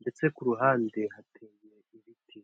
ndetse ku ruhande hateye ibiti.